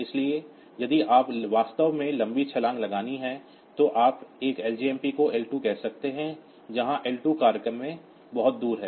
इसलिए यदि आपको वास्तव में लॉन्ग जंप लगानी है तो आप एक लजमप को L2 कहते हैं जहां L2 प्रोग्राम में बहुत दूर है